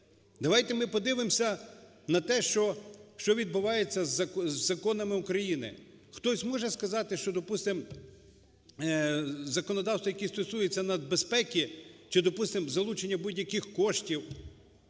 Давайте ми подивимося на те, що відбувається з законами України. Хтось може сказати, що допустимо законодавство, яке стосується нацбезпеки, чи допустимо залучення будь-яких коштів